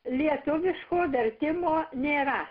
lietuviško vertimo nėra